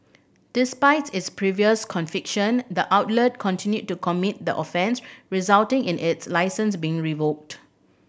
despite its previous conviction the outlet continued to commit the offence resulting in its licence being revoked